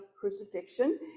crucifixion